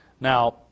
Now